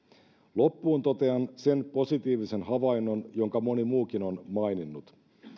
loppuun totean sen positiivisen havainnon jonka moni muukin on maininnut